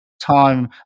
time